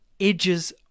edges